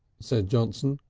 said johnson,